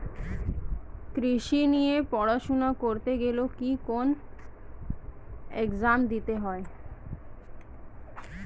কৃষি নিয়ে পড়াশোনা করতে গেলে কি কোন এগজাম দিতে হয়?